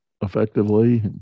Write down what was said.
effectively